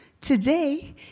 Today